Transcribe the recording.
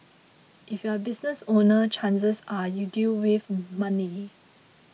if you're a business owner chances are you deal with money